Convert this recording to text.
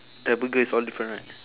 their burger is all different right